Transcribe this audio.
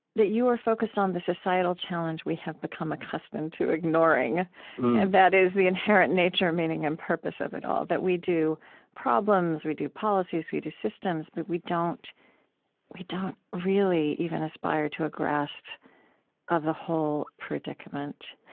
you are focused on the societal challenge we have become accustomed to ignoring, and that is the inherent nature, meaning, and purpose of it all that we do problems, we do policies, we do systems, but we don't we don't really even aspire to a grasp of the whole predicament.